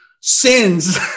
sins